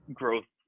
growth